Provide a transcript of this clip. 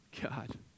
God